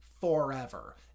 forever